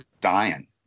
dying